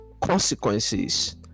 consequences